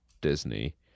Disney